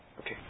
Okay